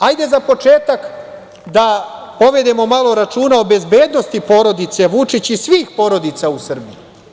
Hajde za početak da povedemo malo računa o bezbednosti porodice Vučić i svih porodica u Srbiji.